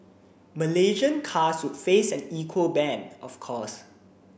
Malaysian cars would face an equal ban of course